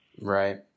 Right